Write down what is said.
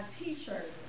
T-shirt